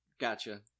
Gotcha